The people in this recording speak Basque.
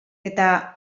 eta